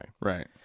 Right